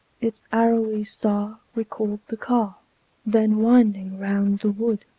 its arrowy star recalled the car then winding round the wood,